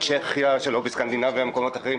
צ'כיה ומקומות אחרים.